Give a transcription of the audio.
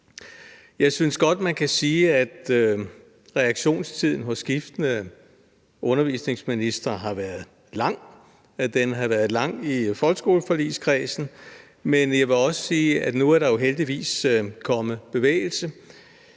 Jeg synes godt, man kan sige, at reaktionstiden hos skiftende undervisningsministre har været lang. Den havde været lang i folkeskoleforligskredsen, men jeg vil også sige, at nu er der jo heldigvis kommet bevægelse.